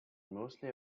mostly